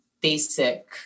basic